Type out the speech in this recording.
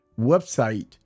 website